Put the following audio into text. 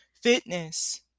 fitness